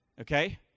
okay